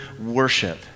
worship